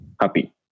happy